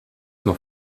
noch